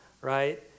right